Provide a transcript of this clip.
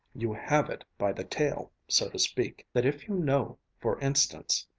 you have it by the tail, so to speak that if you know, for instance,